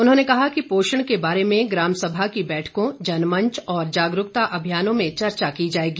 उन्होंने कहा कि पोषण के बारे में ग्रामसभा की बैठकों जनमंच और जागरूकता अभियानों में चर्चा की जाएगी